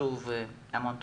שוב המון תודה.